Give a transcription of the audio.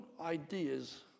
ideas